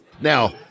Now